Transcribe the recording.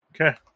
Okay